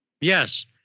Yes